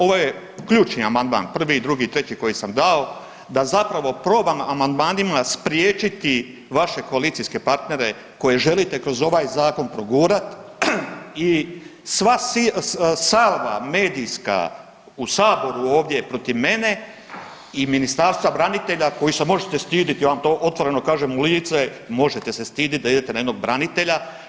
Ovo je ključni amandman 1. i 2. i 3. koji sam dao da zapravo probam amandmanima spriječiti vaše koalicijske partnere koje želite kroz ovaj zakon progurat i sva salva medijska u saboru ovdje protiv mene i Ministarstva branitelja kojih se možete stiditi, ja vam to otvoreno kažem u lice, možete se stidit da idete na jednog branitelja.